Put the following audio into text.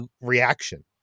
reaction